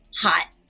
hot